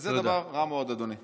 וזה דבר רע מאוד, אדוני.